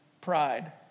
Pride